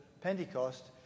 Pentecost